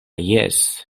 jes